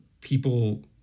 people